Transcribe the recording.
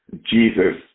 Jesus